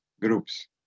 groups